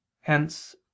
Hence